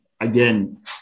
again